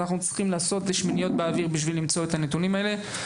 אז אנחנו צריכים לעשות שמיניות באוויר בשביל למצוא את הנתונים האלה,